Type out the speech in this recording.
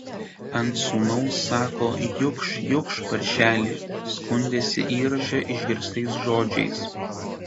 ant sūnaus sako jukš jukš paršeli skundėsi įraše išgirstais žodžiais